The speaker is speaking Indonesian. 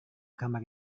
kamar